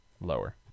lower